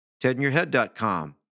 tedinyourhead.com